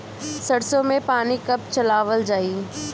सरसो में पानी कब चलावल जाई?